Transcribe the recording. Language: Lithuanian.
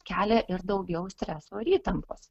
kelia ir daugiau streso ir įtampos